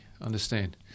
Understand